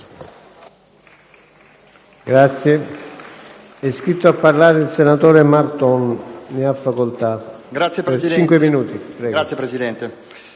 Grazie